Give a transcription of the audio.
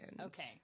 Okay